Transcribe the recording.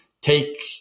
take